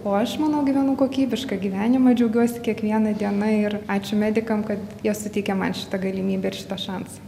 o aš manau gyvenu kokybišką gyvenimą džiaugiuosi kiekviena diena ir ačiū medikam kad jie suteikė man šitą galimybę ir šitą šansą